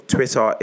Twitter